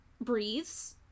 breathes